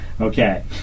Okay